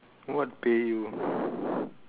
what pay you